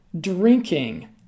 drinking